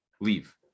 leave